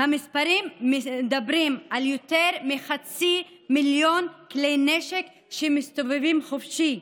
המספרים מדברים על יותר מחצי מיליון כלי נשק שמסתובבים חופשי.